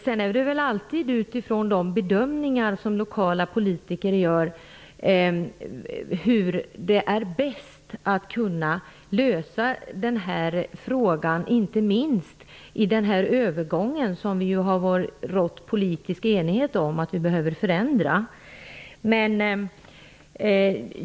Det är väl alltid de bedömningar som lokala politiker gör som bäst visar hur man skall kunna lösa problemet, inte minst i övergången från en form till en annan, som det har rått politisk enighet om att vi behöver förändra.